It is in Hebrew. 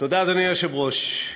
אדוני היושב-ראש,